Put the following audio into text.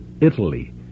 Italy